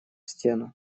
стену